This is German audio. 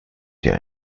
dir